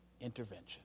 intervention